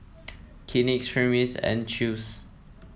Kleenex Hermes and Chew's